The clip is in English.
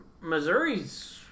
Missouri's